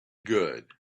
good